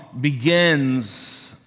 begins